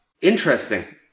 Interesting